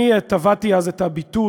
אני טבעתי אז את הביטוי: